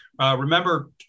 remember